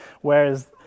Whereas